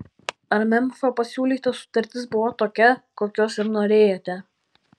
ar memfio pasiūlyta sutartis buvo tokia kokios ir norėjote